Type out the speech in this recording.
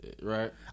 Right